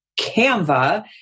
Canva